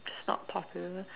not popular